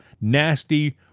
nasty